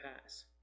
pass